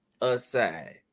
aside